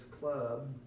club